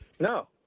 No